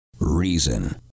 Reason